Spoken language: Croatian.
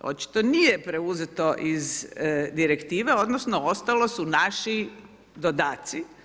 očito nije preuzeto iz direktive odnosno ostalo su naši dodaci.